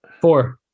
four